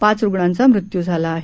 पाच रूग्णांचा मृत्यू झाला आहे